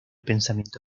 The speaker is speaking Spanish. pensamiento